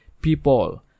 people